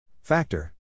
Factor